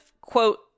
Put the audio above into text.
quote